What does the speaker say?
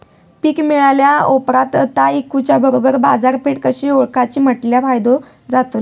पीक मिळाल्या ऑप्रात ता इकुच्या बरोबर बाजारपेठ कशी ओळखाची म्हटल्या फायदो जातलो?